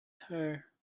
her